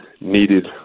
needed